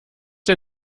der